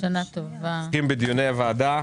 אנחנו ממשיכים בדיוני הוועדה.